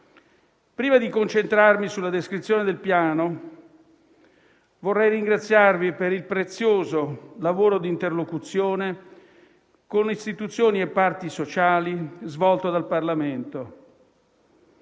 Prima di concentrarmi sulla descrizione del Piano, vorrei ringraziarvi per il prezioso lavoro di interlocuzione con istituzioni e parti sociali svolto dal Parlamento.